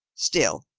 still,